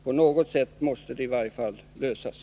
På något sätt måste den lösas.